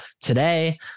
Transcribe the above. Today